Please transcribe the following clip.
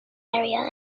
area